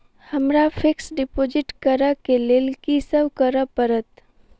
हमरा fix deposit करऽ केँ लेल की सब करऽ पड़त?